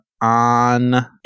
On